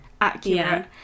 accurate